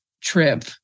trip